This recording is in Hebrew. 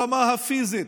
ברמה הפיזית,